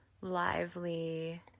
lively